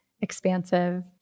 expansive